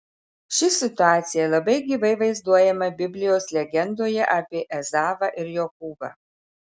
ši situacija labai gyvai vaizduojama biblijos legendoje apie ezavą ir jokūbą